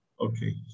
Okay